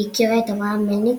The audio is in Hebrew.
היא הכירה את אברהם מלניק,